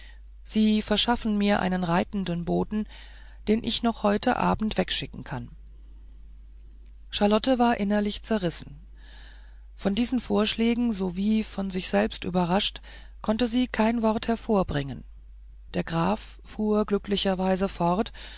sie verschaffen mir einen reitenden boten den ich noch heute abend wegschicken kann charlotte war innerlich zerrissen von diesen vorschlägen sowie von sich selbst überrascht konnte sie kein wort hervorbringen der graf fuhr glücklicherweise fort